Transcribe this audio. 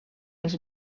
els